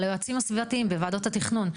על היועצים הסביבתיים בוועדות התכנון.